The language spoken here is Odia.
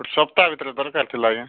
ସପ୍ତାହ ଭିତରେ ଦରକାର ଥିଲା ଆଜ୍ଞା